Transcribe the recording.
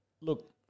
look